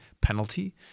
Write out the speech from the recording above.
penalty